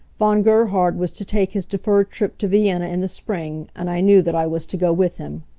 von gerhard was to take his deferred trip to vienna in the spring, and i knew that i was to go with him.